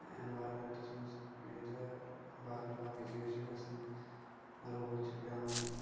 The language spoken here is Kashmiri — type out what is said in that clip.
ایٚنویرنمیٚنٹس منٛز ییٚلہِ باقٕے باقٕے چیٖز چھِ گژھان روٗد چھُ پٮ۪وان